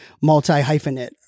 multi-hyphenate